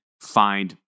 find